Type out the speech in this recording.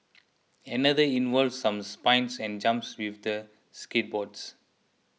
another involved some spins and jumps with the skateboards